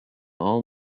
all